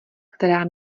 která